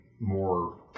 more